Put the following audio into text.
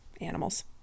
Animals